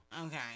okay